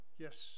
Yes